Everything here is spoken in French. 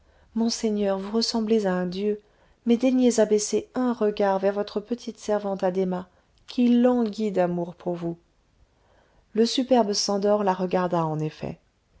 monseigneur vous ressemblez à un dieu mais daignez abaisser un regard vers votre petite servante addhéma qui languit d'amour pour vous le superbe szandor la regarda en effet